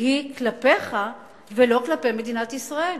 היא כלפיך ולא כלפי מדינת ישראל.